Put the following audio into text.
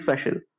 special